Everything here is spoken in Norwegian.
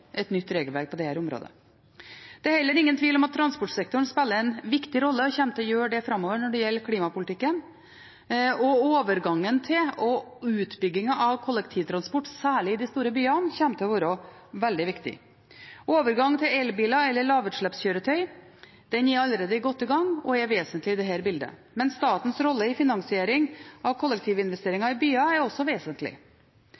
et nytt regelverk på dette området. Det er heller ingen tvil om at transportsektoren spiller en viktig rolle – og kommer til å gjøre det framover – når det gjelder klimapolitikken. Overgangen til og utbyggingen av kollektivtransport, særlig i de store byene, kommer til å være veldig viktig. Overgang til elbiler eller lavutslippskjøretøy er allerede godt i gang og er vesentlig i dette bildet, men statens rolle i finansieringen av kollektivinvesteringer i byene er også vesentlig.